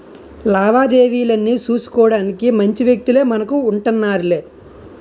లావాదేవీలన్నీ సూసుకోడానికి మంచి వ్యక్తులే మనకు ఉంటన్నారులే